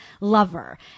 lover